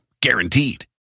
guaranteed